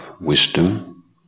wisdom